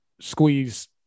squeeze